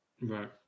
Right